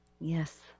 yes